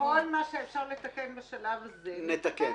כל מה שאפשר לתקן בשלב הזה, נתקן.